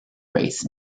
race